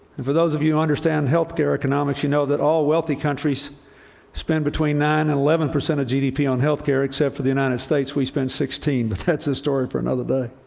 and for those of you who understand healthcare economics you know that all wealthy countries spend between nine and eleven percent of gdp on health care, except for the united states, we spend sixteen but that's a story for another day.